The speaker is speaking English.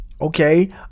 Okay